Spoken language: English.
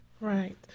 Right